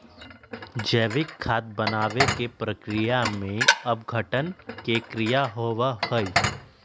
जैविक खाद बनावे के प्रक्रिया में अपघटन के क्रिया होबा हई